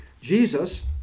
Jesus